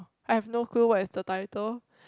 I have no clue what is the title